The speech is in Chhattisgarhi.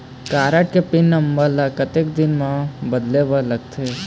कारड के पिन नंबर ला कतक दिन म बदले बर लगथे?